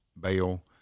bail